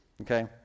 okay